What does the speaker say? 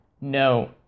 no